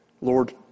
Lord